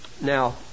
Now